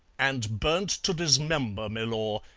and burnt to dismember milor,